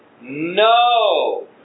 No